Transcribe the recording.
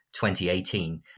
2018